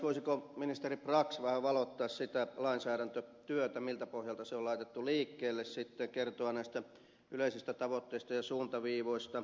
voisiko ministeri brax vähän valottaa sitä lainsäädäntötyötä miltä pohjalta se on laitettu liikkeelle kertoa näistä yleisistä tavoitteista ja suuntaviivoista